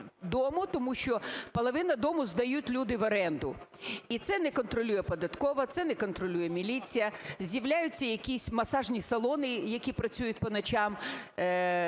дому, тому що половина дому здають люди в оренду, і це не контролює податкова, це не контролює міліція, з'являються якісь масажні салони, які працюють по ночам,